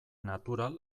natural